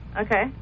Okay